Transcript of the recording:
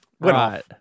right